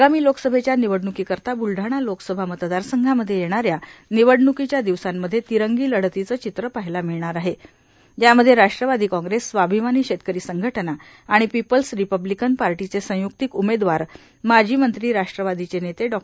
आगामी लोकसभेच्या निवडणुकी करिता ब्लडाणा लोकसभा मतदारसंघांमध्ये येणाऱ्या निवडणुकिच्या दिवसांमध्ये तिरंगी लढतीचे चित्र पाहायला मिळणार आहे यामध्ये राष्ट्रवादी काँग्रेस स्वाभिमानी शेतकरी संघटनाए आणि पीपल्स रीपब्लीकॅन पार्टीचे संयुक्तिक उमेदवार माजी मंत्री राष्ट्रवादीचे नेते डॉ